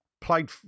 played